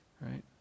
Right